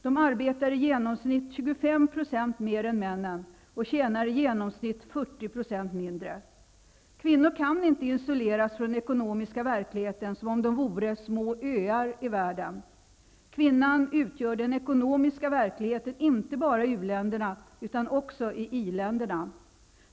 De arbetar i genomsnitt 25 % mer än männen och tjänar i genomsnitt 40 % mindre. Kvinnor kan inte isoleras från den ekonomiska verkligheten, som om de vore små öar i världen. Kvinnan utgör den ekonomiska verkligheten inte bara i u-länderna utan också i i-länderna.